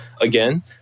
again